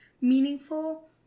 meaningful